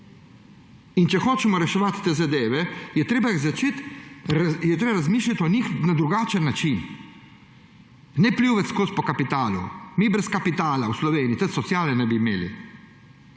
Če hočemo reševati te zadeve, je treba razmišljati o njih na drugačen način. Ne pljuvati vedno po kapitalu. Mi brez kapitala v Sloveniji tudi sociale ne bi imeli.